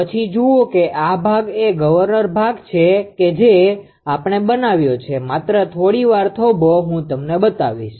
પછી જુઓ કે આ ભાગ એ ગવર્નર ભાગ છે કે જે આપણે બનાવ્યો છે માત્ર થોડી વાર થોભો હું તમને બતાવીશ